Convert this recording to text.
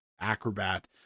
Acrobat